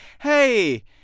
hey